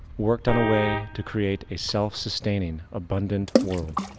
worked on a way to create a self-sustaining abundant world.